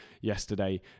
yesterday